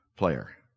player